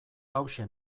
hauxe